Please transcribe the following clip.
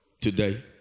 today